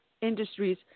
industries